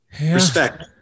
respect